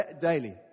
daily